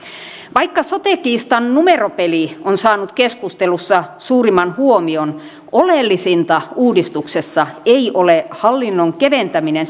vaikka sote kiistan numeropeli on saanut keskustelussa suurimman huomion oleellisinta uudistuksessa ei ole hallinnon keventäminen